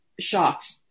shocked